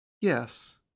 Yes